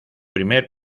primer